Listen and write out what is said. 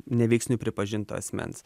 neveiksniu pripažinto asmens